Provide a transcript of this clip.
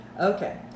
okay